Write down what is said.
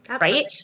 Right